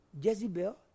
Jezebel